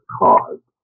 cause